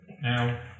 Now